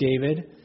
David